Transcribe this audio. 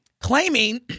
Claiming